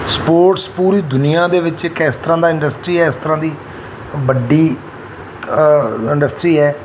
sports ਪੂਰੀ ਦੁਨੀਆਂ ਦੇ ਵਿੱਚ ਇੱਕ ਇਸ ਤਰ੍ਹਾਂ ਦਾ ਇੰਡਸਟਰੀ ਇਸ ਤਰ੍ਹਾਂ ਦੀ ਵੱਡੀ ਇੰਡਸਟਰੀ ਹੈ